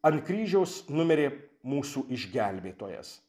ant kryžiaus numirė mūsų išgelbėtojas